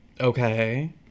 Okay